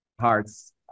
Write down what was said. hearts